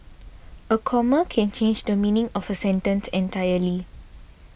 a comma can change the meaning of a sentence entirely